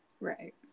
Right